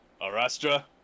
Arastra